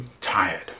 tired